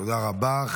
תודה רבה.